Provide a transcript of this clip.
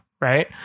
Right